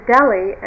Delhi